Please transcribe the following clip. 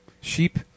Sheep